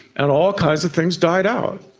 and all kinds of things died out.